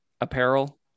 apparel